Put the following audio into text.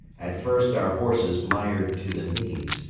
at first our horses mired to the knees,